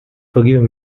forgive